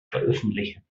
veröffentlichen